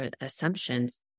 assumptions